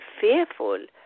fearful